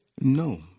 No